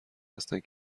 هستند